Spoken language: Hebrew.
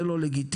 זה לא לגיטימי,